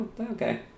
Okay